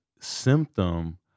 symptom